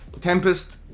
tempest